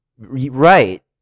Right